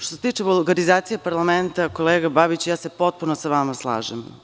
Što se tiče vulgarizacije parlamenta kolega Babić i ja se potpuno sa vama slažem.